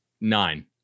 Nine